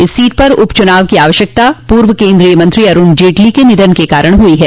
इस सीट पर उप चुनाव की आवश्यकता पूर्व केन्द्रीय मंत्री अरूण जेटली के निधन के कारण हुई है